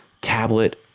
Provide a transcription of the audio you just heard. Tablet